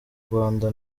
rwanda